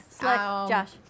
Josh